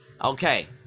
okay